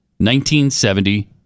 1970